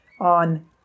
on